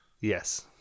Yes